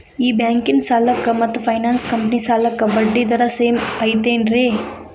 ಈ ಬ್ಯಾಂಕಿನ ಸಾಲಕ್ಕ ಮತ್ತ ಫೈನಾನ್ಸ್ ಕಂಪನಿ ಸಾಲಕ್ಕ ಬಡ್ಡಿ ದರ ಸೇಮ್ ಐತೇನ್ರೇ?